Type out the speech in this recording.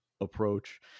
approach